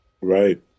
Right